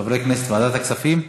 חברי הכנסת, ועדת הכספים?